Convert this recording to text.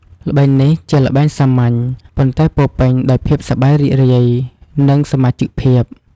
ល្បែងនេះជាល្បែងសាមញ្ញ ប៉ុន្តែពោរពេញដោយភាពសប្បាយរីករាយ និងសមាជិកភាព។